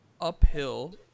uphill